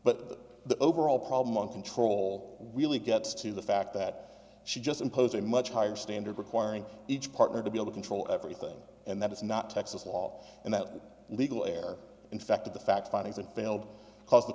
but the overall problem on control really gets to the fact that she just imposed a much higher standard requiring each partner to be able control everything and that is not texas law and that legal air infected the fact finding